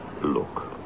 Look